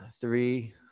three